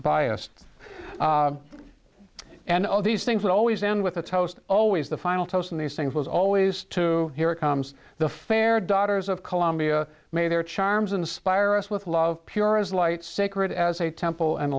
biased and all these things that always end with a toast always the final toast in these things was always to here comes the fair daughters of columbia may their charms inspire us with love pure as light sacred as a temple and